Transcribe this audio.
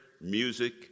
music